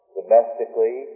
domestically